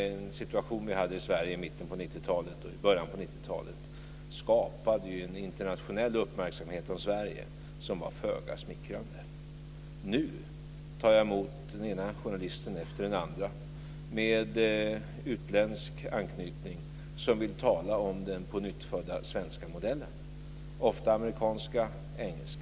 Den situation som vi hade i Sverige i början och mitten på 90-talet skapade en internationell uppmärksamhet som var föga smickrande för Sverige. Nu tar jag emot den ena journalisten efter den andra med utländsk anknytning - ofta amerikanska eller engelska journalister - som vill tala om den pånyttfödda svenska modellen.